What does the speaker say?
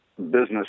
business